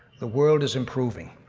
the world is improving.